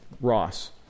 Ross